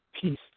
peace